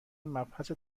مبحث